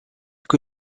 que